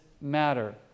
matter